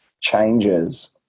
changes